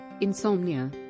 insomnia